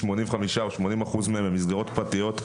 שמונים וחמישה או שמונים אחוז מהן הן מסגרות פרטיות.